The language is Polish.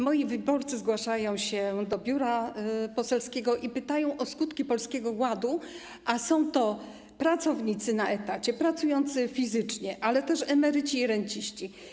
Moi wyborcy zgłaszają się do biura poselskiego i pytają o skutki Polskiego Ładu, a są to pracownicy na etacie, pracujący fizycznie, ale też emeryci i renciści.